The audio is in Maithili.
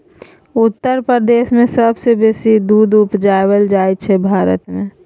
उत्तर प्रदेश मे सबसँ बेसी दुध उपजाएल जाइ छै भारत मे